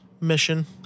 mission